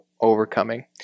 overcoming